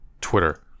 Twitter